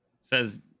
says